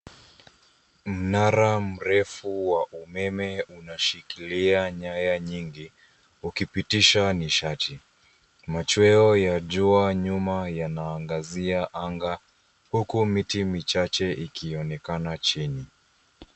Mnara mrefu wa umeme unashikilia nyaya nyingi ukipitisha nishati. Machweo ya jua nyuma yanaangazia anga huku miti michache ikionekana chini.